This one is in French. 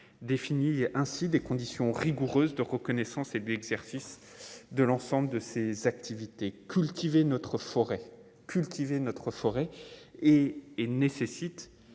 défini ainsi des conditions rigoureuses de reconnaissance et lui, exercice de l'ensemble de ses activités cultiver notre forêt cultiver notre forêt et et nécessite